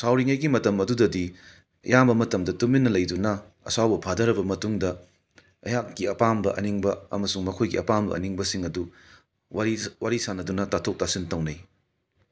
ꯁꯥꯎꯔꯤꯉꯩꯒꯤ ꯃꯇꯝ ꯑꯗꯨꯗꯗꯤ ꯑꯌꯥꯝꯕ ꯃꯇꯝꯗ ꯇꯨꯃꯤꯟꯅ ꯂꯩꯗꯨꯅ ꯑꯁꯥꯎꯕ ꯐꯥꯊꯔꯕ ꯃꯇꯨꯡꯗ ꯑꯩꯍꯥꯛꯀꯤ ꯑꯄꯥꯝꯕ ꯑꯅꯤꯡꯕ ꯑꯃꯁꯨꯡ ꯃꯈꯣꯏꯒꯤ ꯑꯄꯥꯝꯕ ꯑꯅꯤꯡꯕꯁꯤꯡ ꯑꯗꯨ ꯋꯥꯔꯤ ꯁꯥꯟꯅꯗꯨꯅ ꯇꯥꯊꯣꯛ ꯇꯥꯁꯤꯟ ꯇꯧꯅꯩ